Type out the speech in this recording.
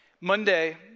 Monday